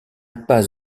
pas